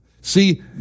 see